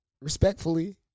Respectfully